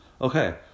Okay